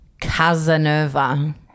Casanova